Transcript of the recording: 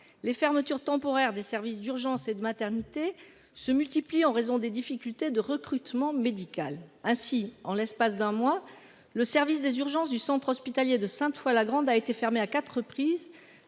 Les fermetures temporaires, des services d'urgences et de maternité se multiplient en raison des difficultés de recrutement médical ainsi en l'espace d'un mois, le service des urgences du centre hospitalier de Sainte-Foy la Grande a été fermé à quatre reprises,